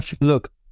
look